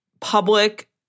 public